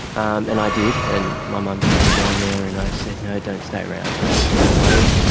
um and i did, and my mum took me down there and i said, no, don't stay around, don't don't worry.